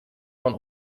van